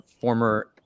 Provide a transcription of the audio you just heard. former